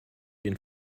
den